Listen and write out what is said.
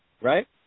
right